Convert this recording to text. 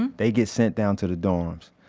and they get sent down to the dorms.